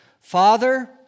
Father